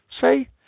say